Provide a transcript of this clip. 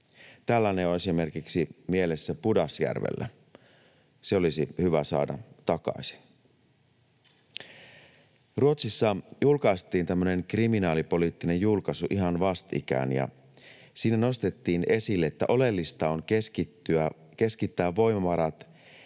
Tällainen on esimerkiksi mielessä Pudasjärvellä. Se olisi hyvä saada takaisin. Ruotsissa julkaistiin tämmöinen kriminaalipoliittinen julkaisu ihan vastikään, ja siinä nostettiin esille, että oleellista on keskittää voimavarat